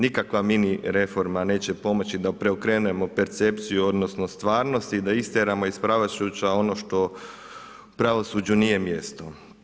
Nikakva mini reforma neće pomoći da preokrenemo percepciju odnosno stvarnost i da istjeramo iz pravosuđa ono što u pravosuđu nije mjesto.